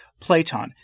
Platon